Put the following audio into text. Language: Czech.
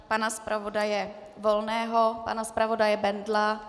Pana zpravodaje Volného, pana zpravodaje Bendla?